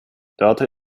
dörte